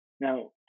Now